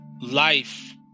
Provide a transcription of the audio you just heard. life